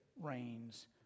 reigns